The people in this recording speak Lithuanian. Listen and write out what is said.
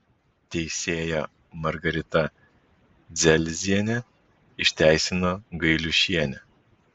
teisėja margarita dzelzienė išteisino gailiušienę